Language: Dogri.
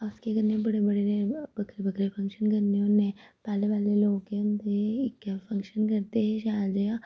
अस केह् करने बड़े बड़े बक्खरे बक्खरे फंगशन करने होन्ने पैह्ले पैह्ले लोक केह् होंदे इक्कै फंगशन करदे हे शैल जेहा